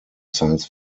science